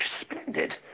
Splendid